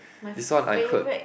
this one I heard